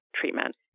treatment